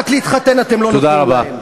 רק להתחתן אתם לא נותנים להם.